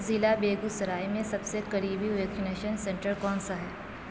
ضلع بیگوسرائے میں سب سے قریبی ویکسینیشن سنٹر کون سا ہے